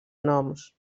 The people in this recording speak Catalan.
noms